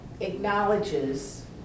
acknowledges